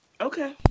Okay